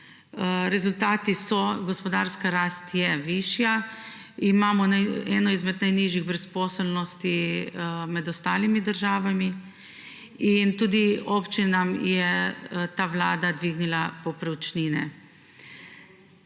rezultati so, gospodarska rast je višja, imamo eno izmed najnižjih brezposelnosti med državami in tudi občinam je ta vlada dvignila povprečnine.